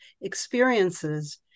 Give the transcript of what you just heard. experiences